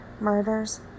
murders